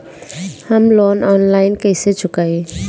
हम loan online कइसे चुकाई?